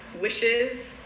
wishes